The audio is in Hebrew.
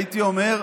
הייתי אומר,